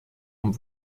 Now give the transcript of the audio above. und